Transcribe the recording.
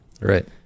Right